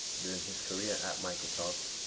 during his career at microsoft,